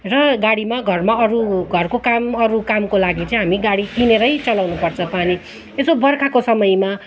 र गाडीमा घरमा अरू घरको काम अरू कामको लागि चाहिँ हामी गाडी किनेरै चलाउनुपर्छ पानी यसो बर्खाको समयमा